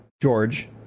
George